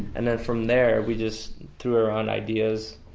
and then from there we just threw around ideas,